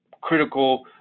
critical